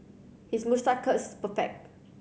his moustache curl is perfect